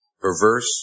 perverse